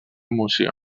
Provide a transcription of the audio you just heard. emoció